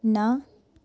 ਨਾ